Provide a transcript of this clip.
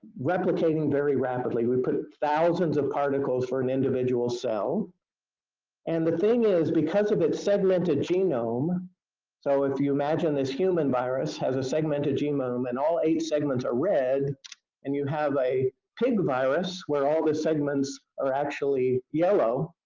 replicating very rapidly we put thousands of particles for an individual cell and the thing is because of its segmented genome so if you imagine this human virus has a segmented genome and all eight segments are red and you have a pig virus where all the segments are actually yellow